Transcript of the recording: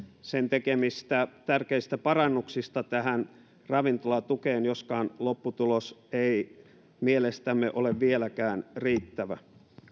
sen tekemistä tärkeistä parannuksista tähän ravintolatukeen joskaan lopputulos ei mielestämme ole vieläkään riittävä